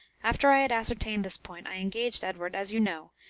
after i had ascertained this point, i engaged edward, as you know,